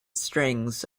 strings